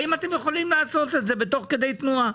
האם אתם יכולים לעשות את זה תוך כדי תנועה?